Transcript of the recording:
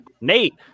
Nate